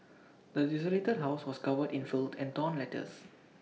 the desolated house was covered in filth and torn letters